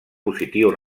positiu